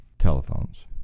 telephones